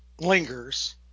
lingers